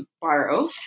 borrow